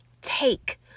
take